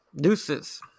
Deuces